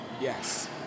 Yes